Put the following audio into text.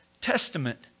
Testament